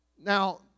Now